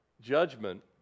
Judgment